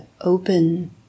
open